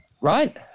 Right